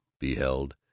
beheld